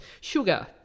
sugar